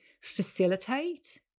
facilitate